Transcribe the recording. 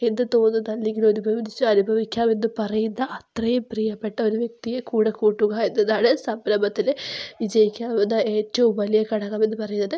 എന്നു തോന്നുന്ന അല്ലെങ്കിൽ ഒരുമിച്ചു അനുഭവിക്കാമെന്ന് പറയുന്ന അത്രയും പ്രിയപ്പെട്ട ഒരു വ്യക്തിയെ കൂടെ കൂട്ടുക എന്നതാണ് സംരംഭത്തിന് വിജയിക്കാവുന്ന ഏറ്റവും വലിയ ഘടകം എന്നു പറയുന്നത്